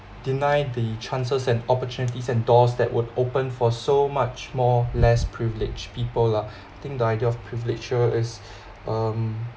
deny the chances and opportunities and doors that would open for so much more less privileged people lah I think the idea of privilege here is um